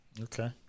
Okay